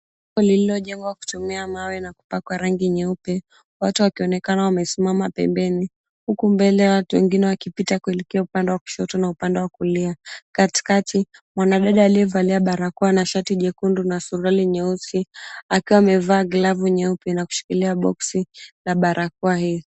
Jumba lililojengwa kutumia mawe na kupakwa rangi nyeupe, watu wakionekana wamesimama pembeni, huku mbele watu wengine wakipita kuelekea upande wa kushoto na upande wa kulia. Katikati, mwanadada aliyevalia barakoa na shati jekundu na suruali nyeusi, akiwa amevaa glavu nyeupe na kushikilia boksi la barakoa hiyo.